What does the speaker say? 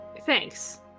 Thanks